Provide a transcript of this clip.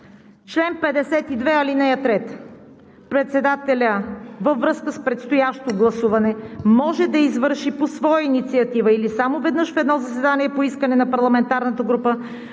чл. 52, ал. 3: „Председателят във връзка с предстоящо гласуване може да извърши по своя инициатива или само веднъж в едно заседание по искане на парламентарната група